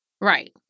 Right